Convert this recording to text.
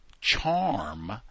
charm